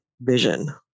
vision